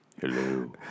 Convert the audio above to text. Hello